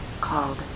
called